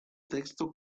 texto